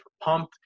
pumped